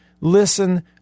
listen